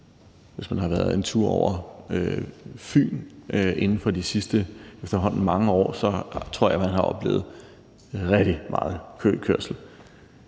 Hvis man har været en tur over Fyn inden for de sidste efterhånden mange år, tror jeg, man har oplevet rigtig meget køkørsel.